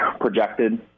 projected